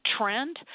trend